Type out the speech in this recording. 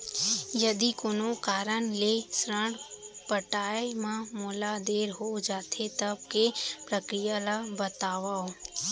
यदि कोनो कारन ले ऋण पटाय मा मोला देर हो जाथे, तब के प्रक्रिया ला बतावव